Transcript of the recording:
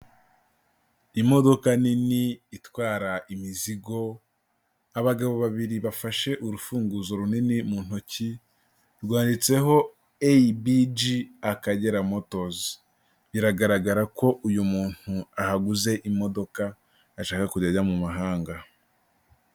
Imodoka nini itwara imizigo, abagabo babiri bafashe urufunguzo runini mu ntoki, rwanditseho ABG Akagera Motors, biragaragara ko uyu muntu ahaguze imodoka ashaka kujya ajya mu mahanga.